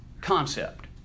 concept